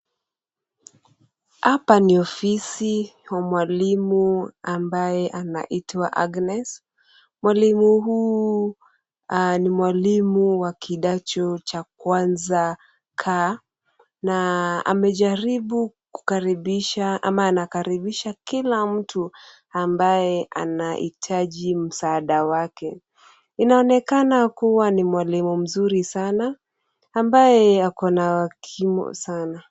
Hapa ni ofisi kwa mwalimu ambaye anaitwa Agnes, mwalimu huyu ni mwalimu wa kidato cha 1k na amejaribu kukaribisha ama anakaribisha kila mtu ambaye anahitaji msaada wake. Inaonekana kuwa ni mwalimu mzuri sana ambaye ako na kimo sana.